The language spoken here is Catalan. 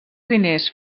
diners